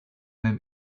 then